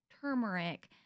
turmeric